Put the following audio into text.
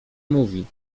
mówi